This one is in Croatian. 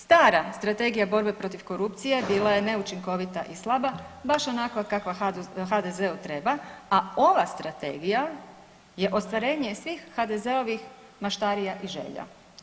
Stara Strategija borbe protiv korupcije bila je neučinkovita i slaba baš onakva kakva HDZ-u treba, a ova strategija je ostvarenje svih HDZ-ovih maštarija i želja.